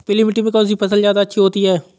पीली मिट्टी में कौन सी फसल ज्यादा अच्छी होती है?